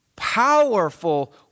Powerful